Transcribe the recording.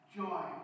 joy